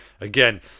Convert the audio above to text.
again